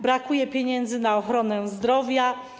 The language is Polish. Brakuje pieniędzy na ochronę zdrowia.